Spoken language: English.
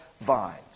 vines